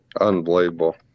Unbelievable